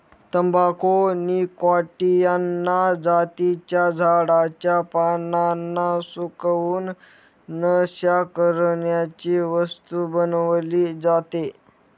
तंबाखू निकॉटीयाना जातीच्या झाडाच्या पानांना सुकवून, नशा करण्याची वस्तू बनवली जाते